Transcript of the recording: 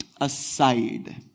Aside